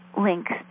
Links